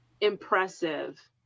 impressive